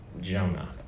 Jonah